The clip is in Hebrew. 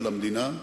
על המדינה.